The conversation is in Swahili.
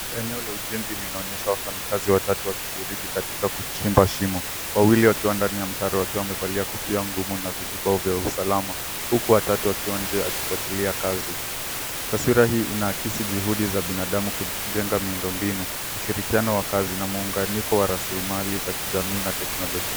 Eneo la ujenzi linaonyesha wafanyakazi watatu wakishiriki katika kuchimba shimo. Wawili wakiwa ndani ya mtaro wakiwa wamevalia kofia ngumu na vizibao vya usalama huku watatu wakiwa nje wakifuatilia kazi. Taswira hii inaakisi juhudi za binadamu kujenga miundombinu, ushirikiano wa kazi na muunganiko wa raslimali za kijamii na teknolojia.